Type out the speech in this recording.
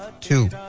Two